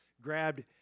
grabbed